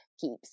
keeps